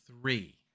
three